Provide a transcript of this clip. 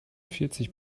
vierzig